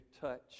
touch